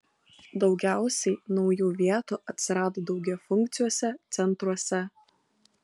daugiausiai naujų vietų atsirado daugiafunkciuose centruose